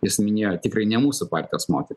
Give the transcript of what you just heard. jis minėjo tikrai ne mūsų partijos moterį